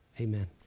amen